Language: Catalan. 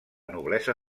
noblesa